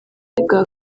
bwa